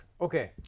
Okay